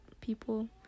people